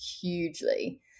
hugely